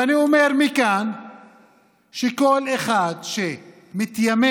ואני אומר מכאן שכל אחד שמתיימר